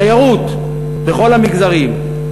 תיירות בכל המגזרים,